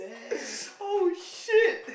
holy shit